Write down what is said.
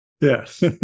Yes